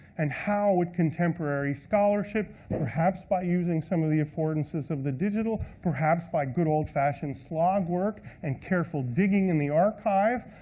and how would contemporary scholarship, but perhaps by using some of the affordances of the digital, perhaps by good old-fashioned slog work, and careful digging in the archive.